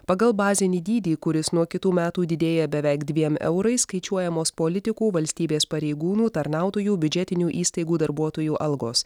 pagal bazinį dydį kuris nuo kitų metų didėja beveik dviem eurais skaičiuojamos politikų valstybės pareigūnų tarnautojų biudžetinių įstaigų darbuotojų algos